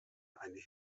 eine